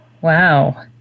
Wow